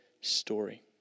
story